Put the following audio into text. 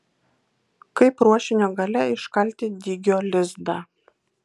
kaip ruošinio gale iškalti dygio lizdą